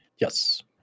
Yes